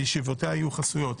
וישיבותיה יהיו חסויות.